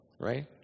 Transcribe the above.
right